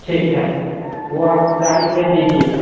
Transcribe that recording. ठीक है वह आप गाड़ी भेज दीजिएगा